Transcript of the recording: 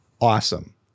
Awesome